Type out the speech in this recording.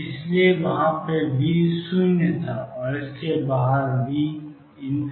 इसलिए यहां वी 0 था और इसके बाहर था